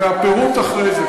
והפירוט אחרי זה,